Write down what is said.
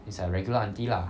just like regular auntie lah